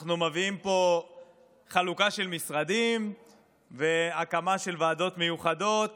אנחנו מביאים פה חלוקה של משרדים והתאמה של ועדות מיוחדות